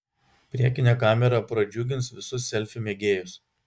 priekinė kamera pradžiugins visus selfių mėgėjus